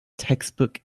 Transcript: textbook